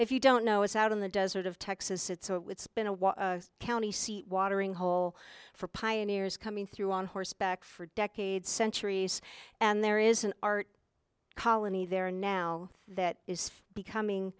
if you don't know is out in the desert of texas it's a it's been a county watering hole for pioneers coming through on horseback for decades centuries and there is an art colony there now that is becoming